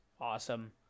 awesome